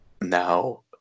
now